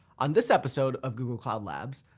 on this episode of google cloud labs,